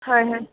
হয় হয়